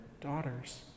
daughters